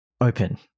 open